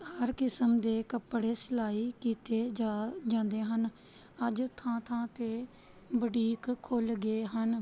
ਹਰ ਕਿਸਮ ਦੇ ਕੱਪੜੇ ਸਿਲਾਈ ਕੀਤੇ ਜਾ ਜਾਂਦੇ ਹਨ ਅੱਜ ਥਾਂ ਥਾਂ 'ਤੇ ਬੁਟੀਕ ਖੁੱਲ੍ਹ ਗਏ ਹਨ